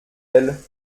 elle